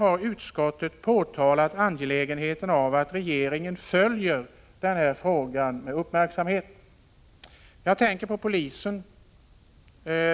har pekat på angelägenheten av att regeringen följer denna fråga med uppmärksamhet.